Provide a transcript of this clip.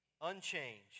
Unchanged